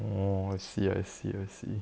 orh I see I see I see